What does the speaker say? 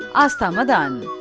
aastha madaan!